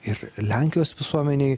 ir lenkijos visuomenei